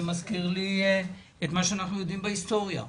זה מזכיר לי את מה שאנחנו יודעים בהיסטוריה,